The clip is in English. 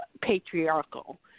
patriarchal